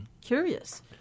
curious